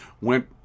went